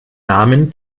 namen